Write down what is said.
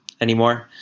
anymore